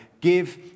give